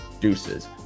Deuces